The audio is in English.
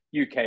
UK